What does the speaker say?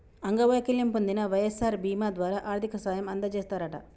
అంగవైకల్యం పొందిన వై.ఎస్.ఆర్ బీమా ద్వారా ఆర్థిక సాయం అందజేస్తారట